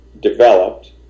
developed